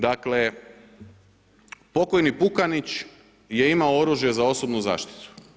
Dakle, pokojni Pukanić je imao oružje za osobnu zaštitu.